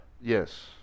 Yes